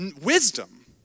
wisdom